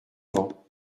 vent